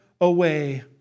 away